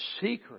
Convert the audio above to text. secret